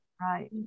Right